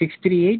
six three eight